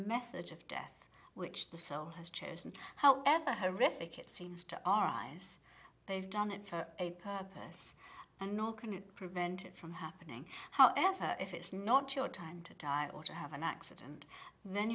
methods of death which the soul has chosen however horrific it seems to our eyes they've done it for a purpose and nor can it prevent it from happening however if it's not your time to die or to have an accident then